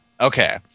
Okay